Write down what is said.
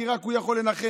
כי רק הוא יכול לנחם.